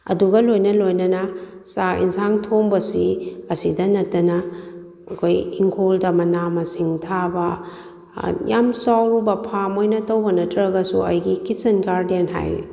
ꯑꯗꯨꯒ ꯂꯣꯏꯅ ꯂꯣꯏꯅꯅ ꯆꯥꯛ ꯌꯦꯟꯁꯥꯡ ꯊꯣꯡꯕꯁꯤ ꯑꯁꯤꯇ ꯅꯠꯇꯅ ꯑꯩꯈꯣꯏ ꯏꯪꯈꯣꯜꯗ ꯃꯅꯥ ꯃꯁꯤꯡ ꯊꯥꯕ ꯌꯥꯝ ꯆꯥꯎꯕ ꯐꯥꯝ ꯑꯣꯏꯅ ꯇꯧꯕ ꯅꯠꯇ꯭ꯔꯒꯁꯨ ꯑꯩꯒꯤ ꯀꯤꯠꯆꯟ ꯒꯥꯔꯗꯦꯟ ꯍꯥꯏ